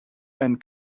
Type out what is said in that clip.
and